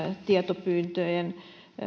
tietopyyntöjen